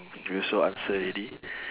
you also answer already